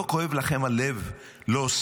לא כואב לכם הלב להוסיף